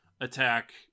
attack